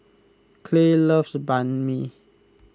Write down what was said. Clay loves Banh Mi